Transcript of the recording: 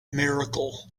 miracle